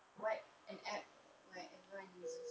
what an app what everyone uses